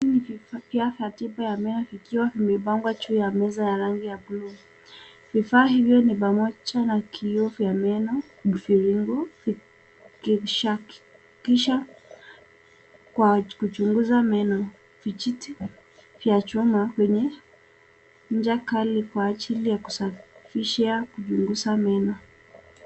Vifaa vya tipa ya meno vikiwa vimepangwa juu ya meza ya rangi ya blue . vifaa hivyo ni pamoja na kioo vya meno mviringo kisha kwa kuchunguza meno. Vijiti vya chuma kwenye ncha Kali kwa ajili ya kusafisha kuchunguza meno.